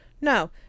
no